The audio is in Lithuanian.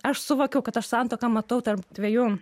aš suvokiau kad aš santuoką matau tarp dviejų